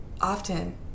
often